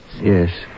Yes